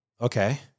Okay